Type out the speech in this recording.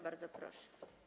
Bardzo proszę.